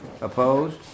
Opposed